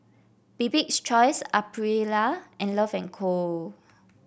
Bibik's Choice Aprilia and Love and Co